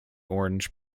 orange